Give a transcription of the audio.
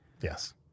Yes